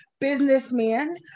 businessman